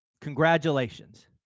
congratulations